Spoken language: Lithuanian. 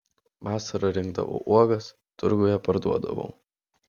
vasarą rinkdavau uogas turguje parduodavau